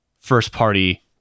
first-party